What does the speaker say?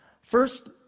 First